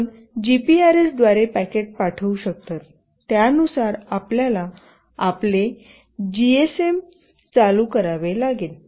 आपण जीपीआरएस द्वारे पॅकेट पाठवू शकता त्यानुसार आपल्याला आपले जीएसएम चालू करावे लागेल